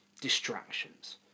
distractions